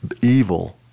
evil